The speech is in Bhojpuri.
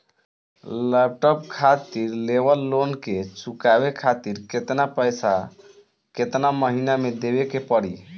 लैपटाप खातिर लेवल लोन के चुकावे खातिर केतना पैसा केतना महिना मे देवे के पड़ी?